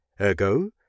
Ergo